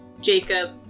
Jacob